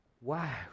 wow